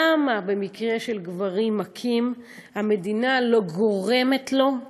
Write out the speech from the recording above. למה במקרה של גברים מכים המדינה לא גורמת לו,